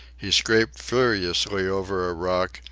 he scraped furiously over a rock,